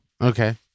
Okay